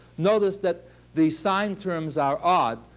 notice that the sine terms are odd.